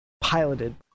piloted